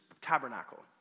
tabernacle